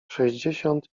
sześćdziesiąt